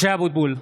(קורא בשמות חברי הכנסת) משה אבוטבול,